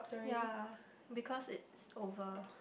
ya because it's over